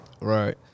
Right